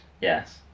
Yes